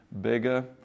bigger